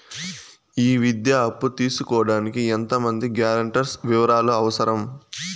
ఈ విద్యా అప్పు తీసుకోడానికి ఎంత మంది గ్యారంటర్స్ వివరాలు అవసరం?